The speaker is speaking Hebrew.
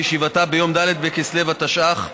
בישיבתה ביום ד׳ בכסלו התשע"ח,